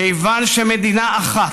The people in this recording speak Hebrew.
כיוון שמדינה אחת,